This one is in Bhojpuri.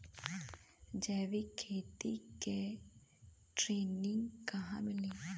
जैविक खेती के ट्रेनिग कहवा मिली?